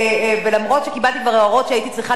ואף שקיבלתי כבר הערות שהייתי צריכה